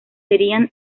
serían